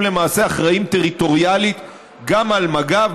הם למעשה אחראים טריטוריאלית גם על מג"ב.